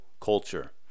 culture